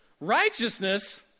righteousness